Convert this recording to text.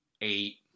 eight